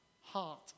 heart